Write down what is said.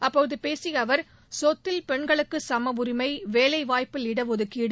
அப்போது பேசிய அவா் சொத்தில் பெண்களுக்கு சம உரிமை வேலைவாய்ப்பில் இடஒதுக்கீடு